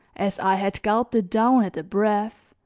as i had gulped it down at a breath,